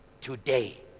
today